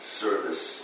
service